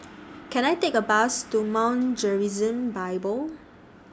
Can I Take A Bus to Mount Gerizim Bible